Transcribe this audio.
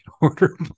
order